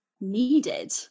needed